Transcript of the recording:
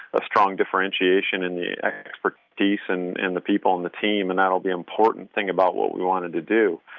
a strong differentiation, and the expertise and and the people on the team. and that'll be important thing about what we wanted to do.